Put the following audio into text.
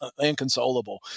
inconsolable